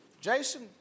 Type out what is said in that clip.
Jason